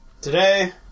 Today